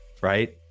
Right